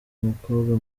umukobwa